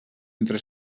entre